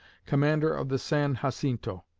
commander of the san jacinto,